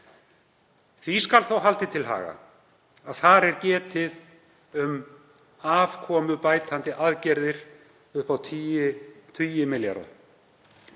Því skal þó haldið til haga að þar er getið um afkomubætandi aðgerðir upp á tugi milljarða